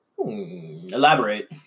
Elaborate